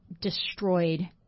destroyed